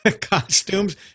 costumes